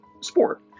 sport